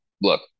look